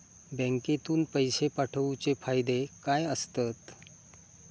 बँकेतून पैशे पाठवूचे फायदे काय असतत?